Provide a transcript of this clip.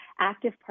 active